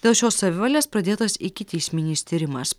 dėl šios savivalės pradėtas ikiteisminis tyrimas